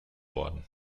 worden